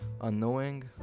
unknowing